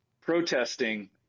protesting